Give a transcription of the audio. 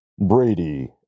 Brady